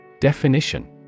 Definition